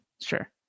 Sure